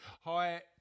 hi